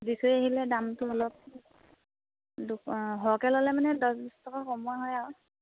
দি থৈ আহিলে দামটো অলপ দু সৰহকৈ ল'লে মানে দহ বিছ টকা কমোৱা হয় আৰু